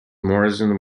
morison